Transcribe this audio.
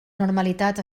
normalitat